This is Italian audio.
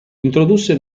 introdusse